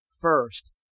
first